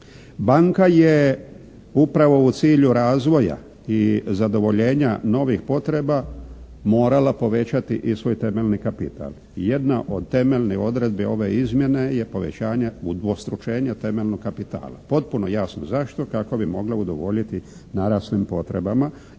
Banka je upravo u cilju razvoja i zadovoljenja novih potreba morala povećati i svoj temeljni kapital. Jedna od temeljnih odredbi ove izmjene je povećanje udvostručenja temeljnog kapitala. Potpuno jasno zašto kako bi mogla udovoljiti naraslim potrebama